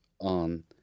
on